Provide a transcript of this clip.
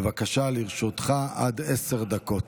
בבקשה, לרשותך עד עשר דקות.